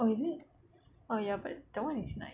oh is it oh ya but that [one] is nice